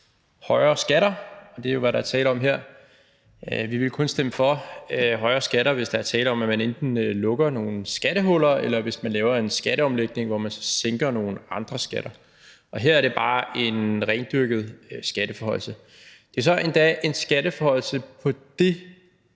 højere skatter, og det er jo, hvad der er tale om her. Vi vil kun stemme for højere skatter, hvis der er tale om, at man enten lukker nogle skattehuller, eller hvis man laver en skatteomlægning, hvor man så sænker nogle andre skatter, og her er det bare en rendyrket skatteforhøjelse. Det er så endda en skatteforhøjelse på det